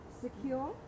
Secure